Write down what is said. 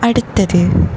அடுத்தது